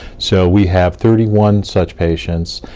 so we have thirty one such patients,